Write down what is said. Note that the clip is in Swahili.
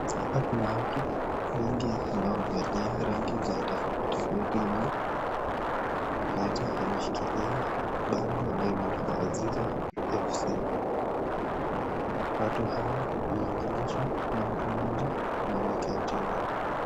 Hapa kuna watu wengi ambao wamevalia rangi za tofauti tofauti nguo. Mmoja ameshikilia bango ambalo limeandikwa Aziza FC. Watu hawa wanaongeleshwa na mtu mmoja na wamekaa chini.